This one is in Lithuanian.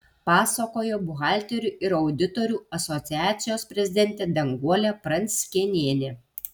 pasakojo buhalterių ir auditorių asociacijos prezidentė danguolė pranckėnienė